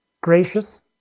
gracious